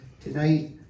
tonight